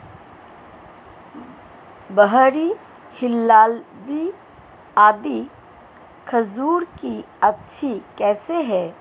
Barhi, Hillawi आदि खजूर की अच्छी किस्मे हैं